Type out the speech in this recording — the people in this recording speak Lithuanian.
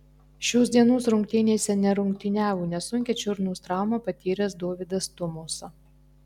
šios dienos rungtynėse nerungtyniavo nesunkią čiurnos traumą patyręs dovydas tumosa